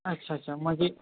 अच्छा अच्छा म्हणजे